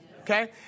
Okay